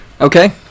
Okay